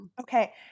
okay